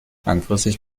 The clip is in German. langfristig